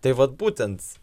tai vat būtent